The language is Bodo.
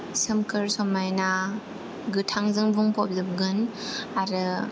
सोमखोर समायना गोथांजों बुंफबजोबगोन आरो